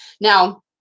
Now